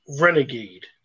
renegade